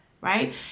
Right